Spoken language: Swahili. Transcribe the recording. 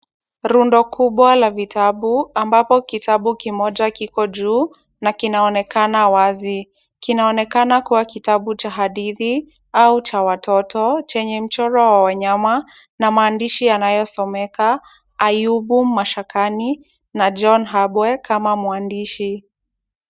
Rundo kubwa la vitabu ambako kitabu kimoja kiko juu na kinaonekana wazi. Kinaonekana kuwa kitabu cha hadithi au cha watoto chenye mchoro wa wanyama na maandishi yanayosomeka Ayubu Mashakani na John Habwe kama mwandishi.